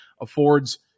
affords